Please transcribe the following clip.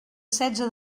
setze